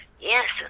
Yes